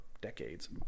decades